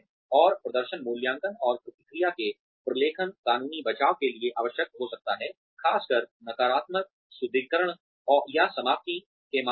और प्रदर्शन मूल्यांकन और प्रतिक्रिया के प्रलेखन कानूनी बचाव के लिए आवश्यक हो सकता है खासकर नकारात्मक सुदृढीकरण या समाप्ति के मामले में